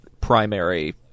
primary